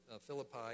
Philippi